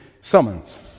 summons